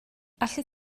allet